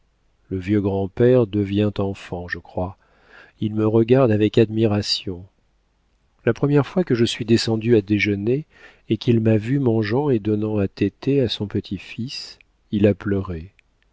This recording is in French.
le vieux grand-père devient enfant je crois il me regarde avec admiration la première fois que je suis descendue à déjeuner et qu'il m'a vue mangeant et donnant à teter à son petit-fils il a pleuré